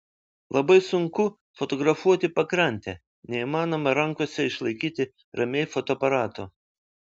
labai sunku fotografuoti pakrantę neįmanoma rankose išlaikyti ramiai fotoaparato